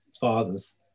father's